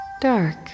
Dark